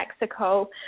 Mexico